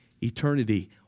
eternity